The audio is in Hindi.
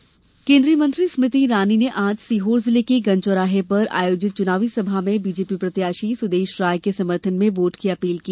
स्मृति ईरानी केन्द्रीय मंत्री स्मृति ईरानी ने आज सीहोर जिले के गंज चौराहे पर आयोजित चुनावी सभा में बीजेपी प्रत्याशी सुदेश राय के समर्थन में वोट की अपील की